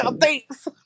Thanks